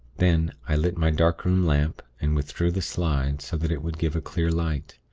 then, i lit my darkroom lamp, and withdrew the slide, so that it would give a clear light.